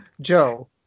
Joe